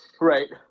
right